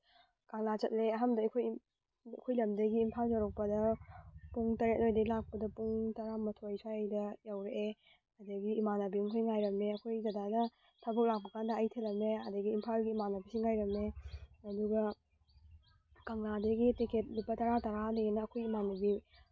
ꯀꯪꯂꯥ ꯆꯠꯂꯦ ꯑꯍꯥꯟꯕꯗ ꯑꯩꯈꯣꯏ ꯑꯩꯈꯣꯏ ꯂꯝꯗꯒꯤ ꯏꯝꯐꯥꯜ ꯌꯧꯔꯛꯄꯗ ꯄꯨꯡ ꯇꯔꯦꯠ ꯑꯗ꯭ꯋꯥꯏꯗꯒꯤ ꯂꯥꯛꯄꯗ ꯄꯨꯡ ꯇꯔꯥꯃꯥꯊꯣꯏ ꯁ꯭ꯋꯥꯏꯗ ꯌꯧꯔꯛꯑꯦ ꯑꯗꯒꯤ ꯏꯃꯥꯟꯅꯕꯤꯃꯈꯩ ꯉꯥꯏꯔꯝꯃꯦ ꯑꯩꯈꯣꯏ ꯗꯗꯥ ꯊꯕꯛ ꯂꯥꯛꯄ ꯀꯥꯟꯗ ꯑꯩ ꯊꯤꯜꯂꯝꯃꯦ ꯑꯗꯒꯤ ꯏꯝꯐꯥꯜꯒꯤ ꯏꯃꯥꯟꯅꯕꯤꯁꯤꯡ ꯉꯥꯏꯔꯝꯃꯦ ꯑꯗꯨꯒ ꯀꯪꯂꯥꯗꯒꯤ ꯇꯤꯀꯦꯠ ꯂꯨꯄꯥ ꯇꯔꯥ ꯇꯔꯥꯅꯦꯅ ꯑꯩꯈꯣꯏ ꯏꯃꯥꯟꯅꯕꯤ